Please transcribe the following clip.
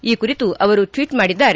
ಈ ಕುರಿತು ಅವರು ಟ್ವೀಟ್ ಮಾಡಿದ್ದಾರೆ